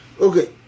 Okay